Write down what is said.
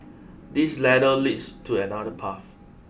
this ladder leads to another path